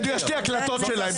יש לי הקלטות שלהם.